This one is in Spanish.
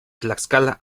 tlaxcala